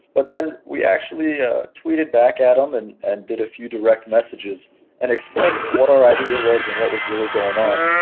but then we actually ah tweeted back at him um and and did a few direct messages and explained what our idea was and what was really going on.